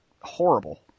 horrible